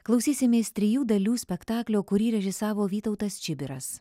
klausysimės trijų dalių spektaklio kurį režisavo vytautas čibiras